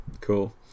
Cool